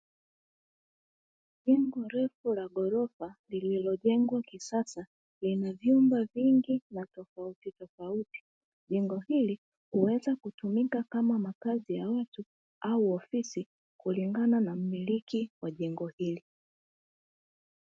Jengo refu la ghorofa lililojengwa kisasa, lina vyumba vingi vya tofautitofauti. Jengo hili huweza kutumika kama makazi ya watu au ofisi kulingana na mmiliki wa jengo hili.